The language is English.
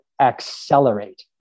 accelerate